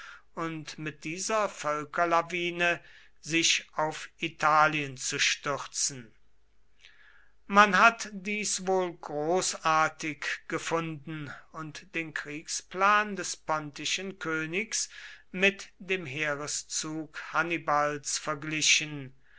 und mit dieser völkerlawine sich auf italien zu stürzen man hat dies wohl großartig gefunden und den kriegsplan des pontischen königs mit dem heereszug hannibals verglichen